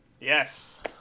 Yes